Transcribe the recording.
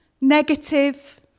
negative